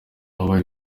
wabaye